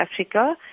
Africa